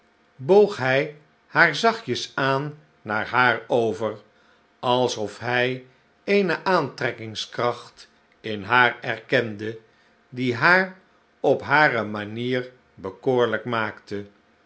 boog hij zich zachtjes aan naar haar over alsof hij eene aantrekkingskracht in haar erkende die haar op hare manier bekoorlijk maakte